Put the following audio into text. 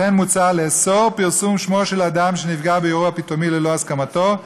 לכן מוצע לאסור פרסום שמו של אדם שנפגע באירוע פתאומי ללא הסכמתו,